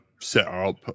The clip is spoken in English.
setup